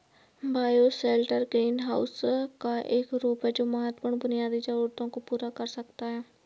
bioshelter greenhouse का एक रूप है जो महत्वपूर्ण बुनियादी जरूरतों को पूरा कर सकता है